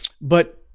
But-